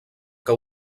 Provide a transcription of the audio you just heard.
que